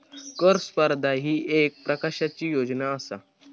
कर स्पर्धा ही येक प्रकारची योजना आसा